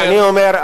אני אומר,